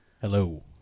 hello